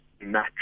natural